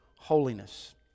Holiness